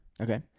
Okay